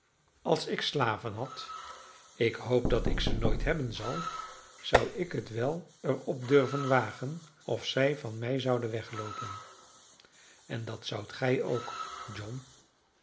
als ik slaven had ik hoop dat ik ze nooit hebben zal zou ik het wel er op durven wagen of zij van mij zouden wegloopen en dat zoudt gij ook john